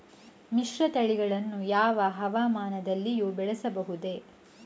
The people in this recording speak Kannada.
ಮಿಶ್ರತಳಿಗಳನ್ನು ಯಾವ ಹವಾಮಾನದಲ್ಲಿಯೂ ಬೆಳೆಸಬಹುದೇ?